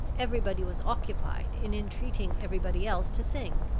everybody was occupied in entreating everybody else to sing.